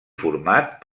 format